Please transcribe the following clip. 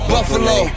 Buffalo